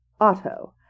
Otto